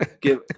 give